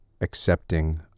accepting